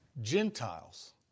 Gentiles